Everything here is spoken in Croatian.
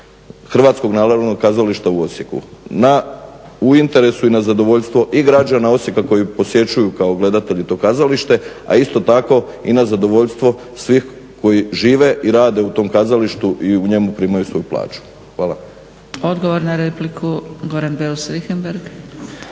funkcioniranja HNK u Osijeku. U interesu i na zadovoljstvo i građana Osijeka koji posjećuju kao gledatelji, a isto tako i na zadovoljstvo svih koji žive i rade u tom kazalištu i u njemu primaju svoju plaću. Hvala. **Zgrebec, Dragica (SDP)** Odgovor na repliku, Goran Beus Richembergh.